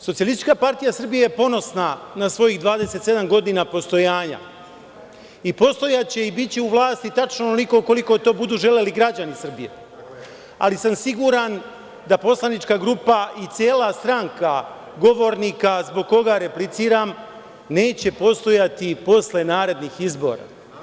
Socijalistička partija Srbije je ponosna na svojih 27 godina postojanja, i postojaće i biće u vlasti tačno onoliko koliko to budu želeli građani Srbije, ali sam siguran da poslanička grupa i cela stranka govornika zbog koga repliciram, neće postojati posle narednih izbora.